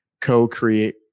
co-create